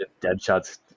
Deadshot's